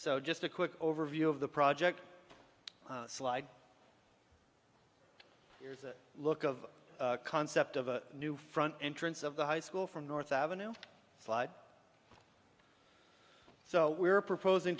so just a quick overview of the project slide look of concept of a new front entrance of the high school from north avenue slide so we're proposing